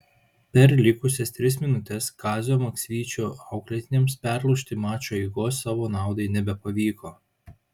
per likusias tris minutes kazio maksvyčio auklėtiniams perlaužti mačo eigos savo naudai nebepavyko